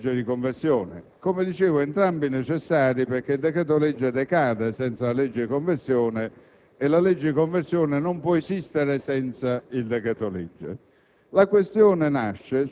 dall'altro, la legge di conversione. Come dicevo, entrambi necessari, perché il decreto-legge decade senza la legge di conversione, e la legge di conversione non può esistere senza il decreto-legge.